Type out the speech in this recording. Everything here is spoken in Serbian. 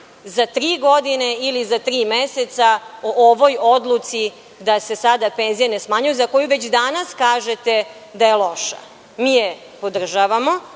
za tri godine, ili za tri meseca o ovoj odluci da se sada penzije ne smanjuje, za koju već danas kažete da je loša. Mi je podržavamo,